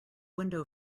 window